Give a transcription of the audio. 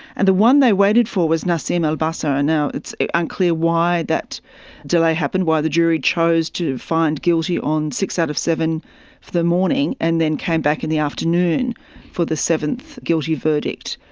and the one they waited for was nassim elbahsa, and it's unclear why that delay happened, why the jury chose to find guilty on six out of seven for the morning and then came back in the afternoon for the seventh guilty verdict.